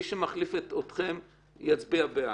מי שמחליף אתכם יצביע בעד.